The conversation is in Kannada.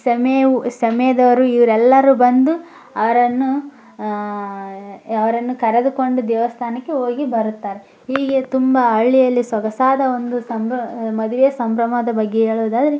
ಸಮೇವು ಸಮೇದವರು ಇವರೆಲ್ಲರೂ ಬಂದು ಅವರನ್ನು ಅವರನ್ನು ಕರೆದುಕೊಂಡು ದೇವಸ್ಥಾನಕ್ಕೆ ಹೋಗಿ ಬರುತ್ತಾರೆ ಹೀಗೆ ತುಂಬ ಹಳ್ಳಿಯಲ್ಲಿ ಸೊಗಸಾದ ಒಂದು ಸಂಬ್ರ ಮದುವೆ ಸಂಭ್ರಮದ ಬಗ್ಗೆ ಹೇಳುವುದಾದ್ರೆ